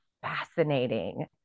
fascinating